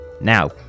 Now